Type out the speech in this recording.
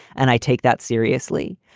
and i take that seriously.